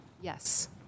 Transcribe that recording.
Yes